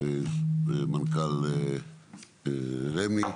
ומנכ"ל רמ"י.